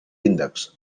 índexs